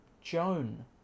Joan